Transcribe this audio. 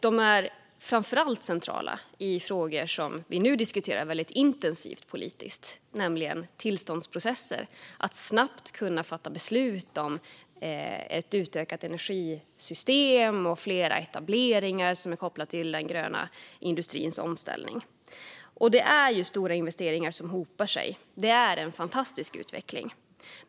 De är framför allt centrala i frågor som vi nu diskuterar intensivt inom politiken: tillståndsprocesser, att snabbt kunna fatta beslut om ett utökat energisystem och fler etableringar kopplat till den gröna industrins omställning. Det är stora investeringar som hopar sig. Det är en fantastisk utveckling.